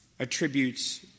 attributes